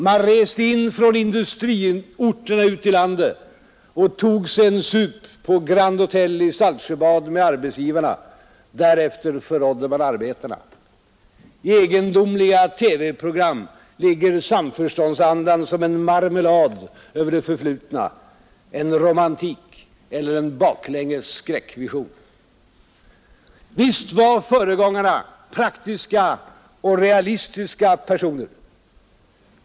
Man reste in från industriorterna ute i landet och tog sig en sup på Grand Hotel i Saltsjöbaden med arbetsgivarna. Därefter förrådde man arbetarna. I egendomliga TV-program ligger samförståndsandan som en marmelad över det förflutna, en romantik eller en baklänges skräckvision. Visst var föregångarna praktiska och realistiska personer.